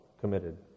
committed